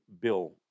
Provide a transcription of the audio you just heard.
Bill